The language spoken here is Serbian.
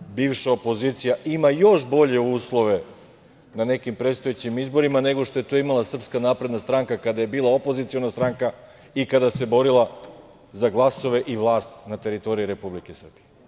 bivša opozicija ima još bolje uslove na nekim predstojećim izborima nego što je to imala SNS kada je bila opoziciona stranka i kada se borila za glasove i vlast na teritoriji Republike Srbije.